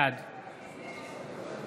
בעד